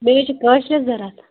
بیٚیہِ حظ چھِ کٲشِرۍ ضروٗرت